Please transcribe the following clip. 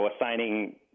assigning